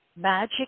magic